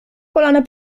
kolano